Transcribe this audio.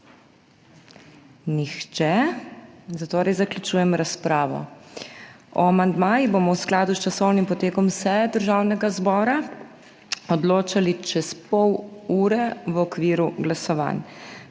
Nihče, torej zaključujem razpravo. O amandmajih bomo v skladu s časovnim potekom seje Državnega zbora odločali čez pol ure v okviru glasovanj.